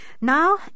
now